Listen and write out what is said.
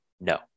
No